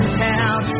town